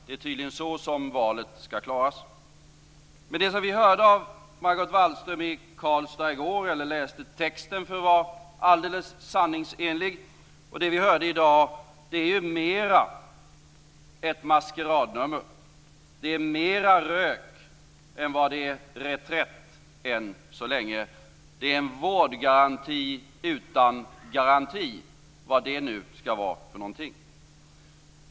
Det är tydligen så valet skall klaras. Det vi hörde från Margot Wallström i Karlstad i går - eller läste i texten, för att vara alldeles sanningsenlig - och det som vi har hört i dag är ju mer ett maskeradnummer. Det är mer rök än reträtt än så länge. Det är en vårdgaranti utan garanti - vad det nu skall vara för någonting.